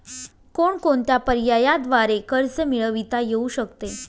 कोणकोणत्या पर्यायांद्वारे कर्ज मिळविता येऊ शकते?